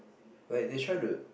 like they try to